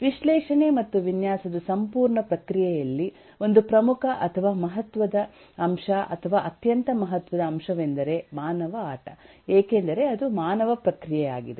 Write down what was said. ವಿಶ್ಲೇಷಣೆ ಮತ್ತು ವಿನ್ಯಾಸದ ಸಂಪೂರ್ಣ ಪ್ರಕ್ರಿಯೆಯಲ್ಲಿ ಒಂದು ಪ್ರಮುಖ ಅಥವಾ ಮಹತ್ವದ ಅಂಶ ಅಥವಾ ಅತ್ಯಂತ ಮಹತ್ವದ ಅಂಶವೆಂದರೆ ಮಾನವ ಆಟ ಏಕೆಂದರೆ ಅದು ಮಾನವ ಪ್ರಕ್ರಿಯೆಯಾಗಿದೆ